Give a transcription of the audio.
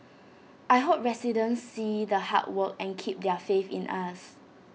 I hope residents see the hard work and keep their faith in us